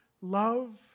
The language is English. love